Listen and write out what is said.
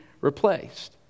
replaced